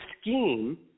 scheme